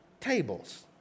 tables